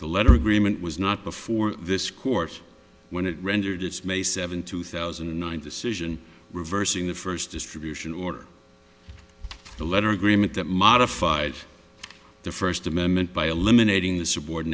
the letter agreement was not before this court when it rendered its may seventh two thousand and nine decision reversing the first distribution order the letter agreement that modified the first amendment by eliminating the su